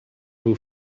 who